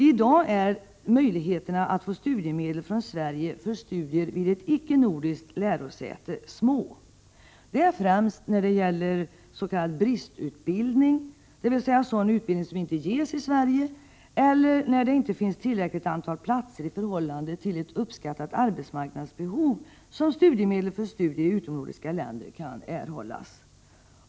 I dag är möjligheterna att få studiemedel från Sverige för studier vid ett icke nordiskt lärosäte små. Det är främst när det gäller s.k. bristutbildning, dvs. sådan utbildning som inte ges i Sverige eller när det inte finns tillräckligt antal platser i förhållande till uppskattat arbetsmarknadsbehov, som studiemedel för studier i utomnordiska länder kan erhållas.